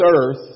earth